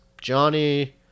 johnny